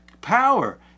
power